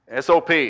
SOP